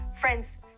Friends